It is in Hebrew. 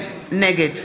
נגד